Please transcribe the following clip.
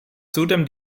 zudem